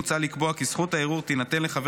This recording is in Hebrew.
מוצע לקבוע כי זכות הערעור תינתן לחבר